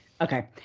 Okay